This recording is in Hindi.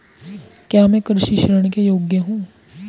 क्या मैं कृषि ऋण के योग्य हूँ?